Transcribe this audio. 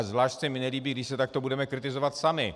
Zvlášť se mi nelíbí, když se takto budeme kritizovat sami.